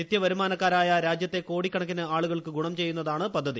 നിത്യവരുമാനക്കാരായ രാജ്യത്തെ കോട്ടിക്കിണ്ക്കിന് ആളുകൾക്ക് ഗുണം ചെയ്യുന്നതാണ് പദ്ധതി